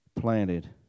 planted